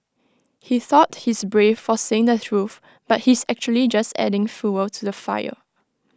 he thought he's brave for saying the truth but he's actually just adding fuel to the fire